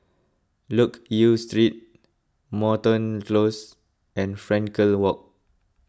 Loke Yew Street Moreton Close and Frankel Walk